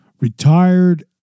Retired